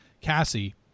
Cassie